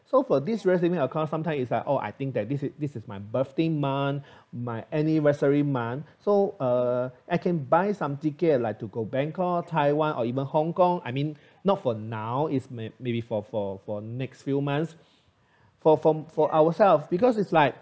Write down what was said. so for this real saving account sometimes is like oh I think that this is this is my birthday month my anniversary month so uh I can buy some ticket like to go bangkok taiwan or even hong kong I mean not for now is maybe for for for next few months for for for ourselves because it's like